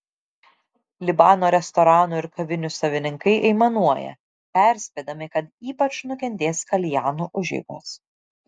libano restoranų ir kavinių savininkai aimanuoja perspėdami kad ypač nukentės kaljanų užeigos